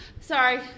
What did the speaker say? Sorry